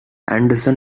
anderson